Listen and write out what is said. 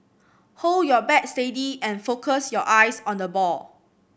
hold your bat steady and focus your eyes on the ball